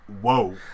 whoa